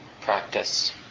Practice